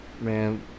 Man